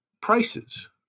prices